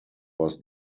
was